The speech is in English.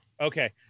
Okay